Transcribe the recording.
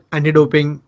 Anti-Doping